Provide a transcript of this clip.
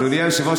אדוני היושב-ראש,